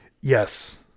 yes